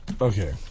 okay